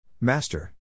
Master